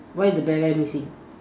why the bear bear missing